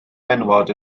menywod